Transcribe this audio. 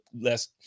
less